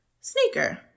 sneaker